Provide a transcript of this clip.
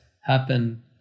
happen